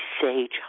Sage